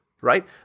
right